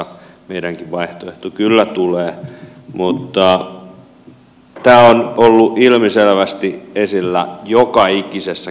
meidänkin vaihtoehtomme kyllä tulee mutta tämä on ollut ilmiselvästi esillä joka ikisessä keskustelussa